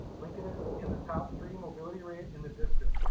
lincoln is in the top three mobility rate in the district.